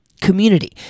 community